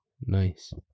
Nice